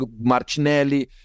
martinelli